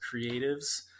creatives